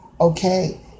okay